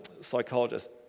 psychologist